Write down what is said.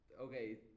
okay